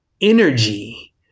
energy